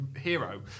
hero